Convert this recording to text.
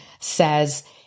says